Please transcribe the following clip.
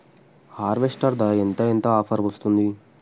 Harvester ధర ఎంత ఎంత ఆఫర్ వస్తుంది?